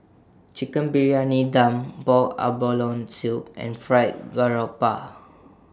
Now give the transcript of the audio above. Chicken Briyani Dum boiled abalone Soup and Fried Garoupa